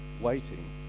waiting